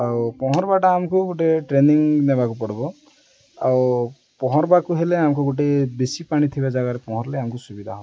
ଆଉ ପହଁରିବାଟା ଆମକୁ ଗୋଟେ ଟ୍ରେନିଂ ନେବାକୁ ପଡ଼ିବ ଆଉ ପହଁରିବାକୁ ହେଲେ ଆମକୁ ଗୋଟେ ବେଶୀ ପାଣି ଥିବା ଜାଗାରେ ପହଁରିଲେ ଆମକୁ ସୁବିଧା ହବ